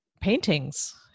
paintings